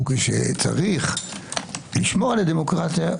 וכשצריך לשמור על הדמוקרטיה,